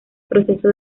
proceso